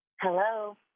Hello